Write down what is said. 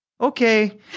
okay